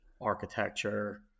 architecture